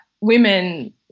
women